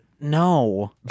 no